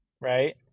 Right